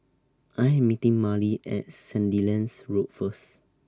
I Am meeting Marley At Sandilands Road First